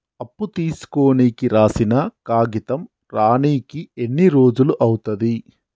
అప్పు తీసుకోనికి రాసిన కాగితం రానీకి ఎన్ని రోజులు అవుతది?